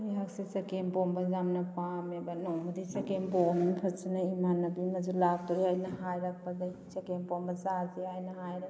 ꯑꯩꯍꯥꯛꯁꯦ ꯆꯒꯦꯝꯄꯣꯝꯕ ꯌꯥꯝꯅ ꯄꯥꯝꯃꯦꯕ ꯅꯣꯡꯃꯗꯤ ꯆꯒꯦꯝ ꯄꯣꯝꯃꯦ ꯐꯖꯟꯅ ꯏꯃꯟꯅꯕꯤ ꯑꯃꯁꯨ ꯂꯥꯛꯇꯣꯔꯦ ꯍꯥꯏꯅ ꯍꯥꯏꯔꯛꯄꯗꯒꯤ ꯆꯒꯦꯝ ꯄꯣꯝꯕ ꯆꯁꯦ ꯍꯥꯏꯅ ꯍꯥꯏꯔꯦ